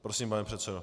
Prosím, pane předsedo.